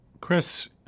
Chris